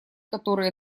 которые